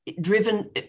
driven